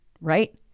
right